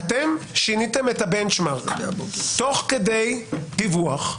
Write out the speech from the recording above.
שיניתם את הבנצ'מארק תוך כדי דיווח.